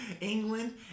England